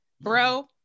Bro